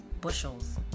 bushels